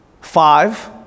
Five